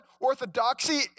orthodoxy